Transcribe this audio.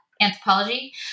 anthropology